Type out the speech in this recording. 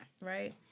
Right